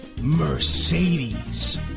Mercedes